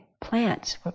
plants